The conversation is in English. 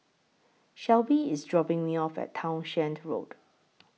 Shelby IS dropping Me off At Townshend Road